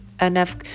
enough